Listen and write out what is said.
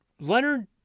Leonard